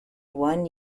one